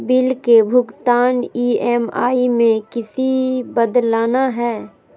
Bill के भुगतान EMI में किसी बदलना है?